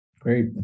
Great